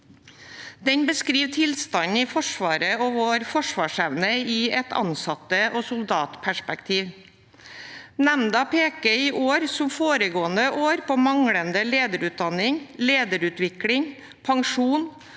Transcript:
Den beskriver tilstanden i Forsvaret og vår forsvarsevne i et ansatt- og soldatperspektiv. Nemnda peker i år, som foregående år, på manglende lederutdanning og lederutvikling, pensjon,